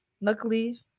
luckily